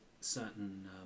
certain